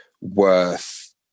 worth